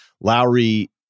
Lowry